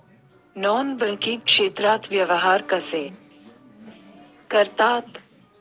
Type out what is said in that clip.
Non banking क्षेत्रात व्यवहार कसे करतात?